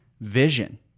vision